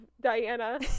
Diana